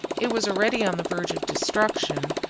it was already on the verge of destruction,